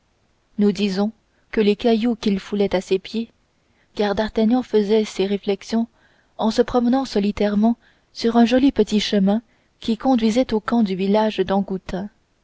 nous disons que les cailloux qu'il foulait à ses pieds car d'artagnan faisait ces réflexions en se promenant solitairement sur un joli petit chemin qui conduisait du camp au village